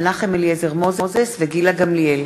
מנחם אליעזר מוזס וגילה גמליאל